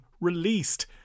Released